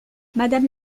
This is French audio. madame